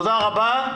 תודה רבה.